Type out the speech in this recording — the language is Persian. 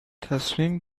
تصمیم